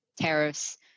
tariffs